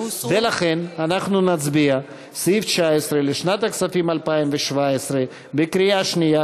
ולכן אנחנו נצביע על סעיף 19 לשנת הכספים 2017 בקריאה שנייה,